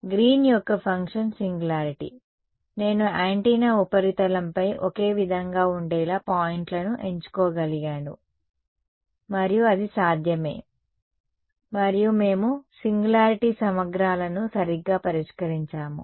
green యొక్క function singularity నేను antenna ఉపరితలంపై ఒకే విధంగా ఉండేలా పాయింట్లను ఎంచుకోగలిగాను మరియు అది సాధ్యమే మరియు మేము సింగులారిటీ సమగ్రాలను సరిగ్గా పరిష్కరించాము